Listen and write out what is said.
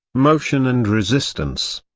motion and resistance.